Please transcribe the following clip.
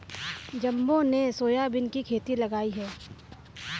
जम्बो ने सोयाबीन की खेती लगाई है